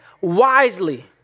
wisely